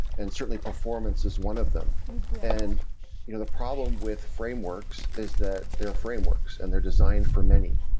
and certainly, performance is one of them and you know the problem with frameworks is that they're frameworks and they're designed for many.